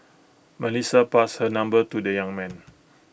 Melissa passed her number to the young man